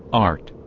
art.